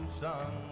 sun